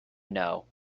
know